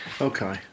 Okay